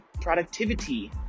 productivity